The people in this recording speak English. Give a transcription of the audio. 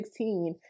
2016